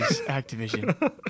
Activision